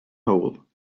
hole